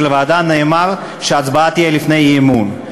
הוועדה נאמר שההצבעה תהיה לפני האי-אמון.